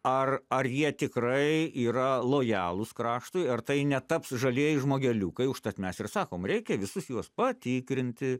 ar ar jie tikrai yra lojalūs kraštui ar tai netaps žalieji žmogeliukai užtat mes ir sakom reikia visus juos patikrinti